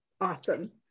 Awesome